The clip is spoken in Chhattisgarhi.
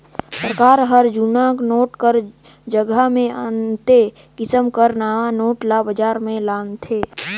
सरकार हर जुनहा नोट कर जगहा मे अन्ते किसिम कर नावा नोट ल बजार में लानथे